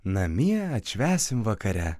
namie atšvęsim vakare